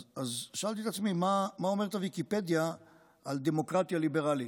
אז שאלתי את עצמי מה אומרת ויקיפדיה על דמוקרטיה ליברלית.